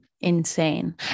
insane